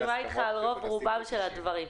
אני מסכימה על רוב רובם של הדברים.